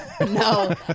no